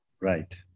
right